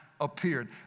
appeared